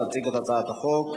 להציג את הצעת החוק.